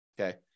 Okay